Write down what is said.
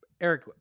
Eric